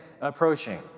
approaching